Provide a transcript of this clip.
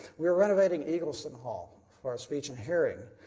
we are renovating eagleson hall for our speech and hearing.